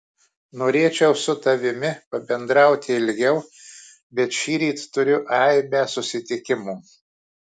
norėčiau su tavimi pabendrauti ilgiau bet šįryt turiu aibę susitikimų